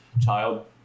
Child